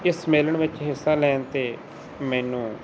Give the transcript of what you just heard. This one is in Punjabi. ਇਸ ਸੰਮੇਲਨ ਵਿੱਚ ਹਿੱਸਾ ਲੈਣ 'ਤੇ ਮੈਨੂੰ